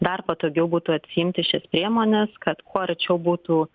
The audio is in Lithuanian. dar patogiau būtų atsiimti šias priemones kad kuo arčiau būtų